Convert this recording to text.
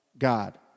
God